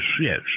yes